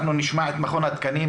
אנחנו נשמע את מכון התקנים.